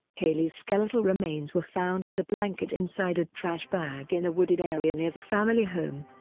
caylee's skeletal remains were found with a blanket inside a trash bag in a wooded area near the family home.